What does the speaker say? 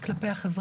שלנו.